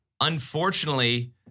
Unfortunately